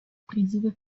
призывы